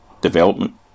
development